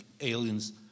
aliens